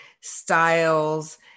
styles